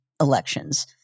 elections